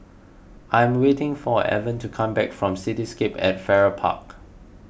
I am waiting for Evan to come back from Cityscape at Farrer Park